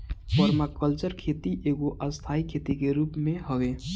permaculture खेती एगो स्थाई खेती के रूप हवे